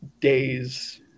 days